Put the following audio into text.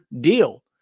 deal